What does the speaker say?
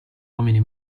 uomini